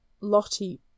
Lottie